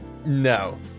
No